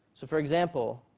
so for example,